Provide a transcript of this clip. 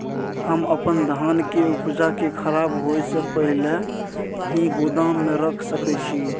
हम अपन धान के उपजा के खराब होय से पहिले ही गोदाम में रख सके छी?